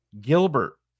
Gilbert